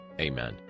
Amen